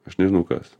aš nežinau kas